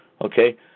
Okay